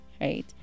right